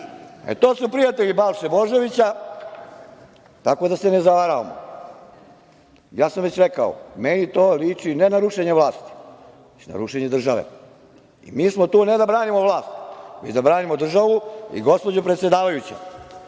e, to su prijatelji Balše Božovića, tako da se ne zavaravamo. Ja sam već rekao – meni to liči ne na rušenje vlasti nego na rušenje države. Mi smo tu ne da branimo vlast, nego da branimo državu. Gospođo predsedavajuća,